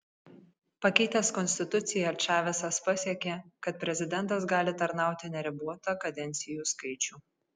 pakeitęs konstituciją čavesas pasiekė kad prezidentas gali tarnauti neribotą kadencijų skaičių